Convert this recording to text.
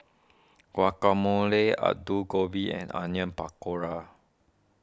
Guacamole Alu Gobi and Onion Pakora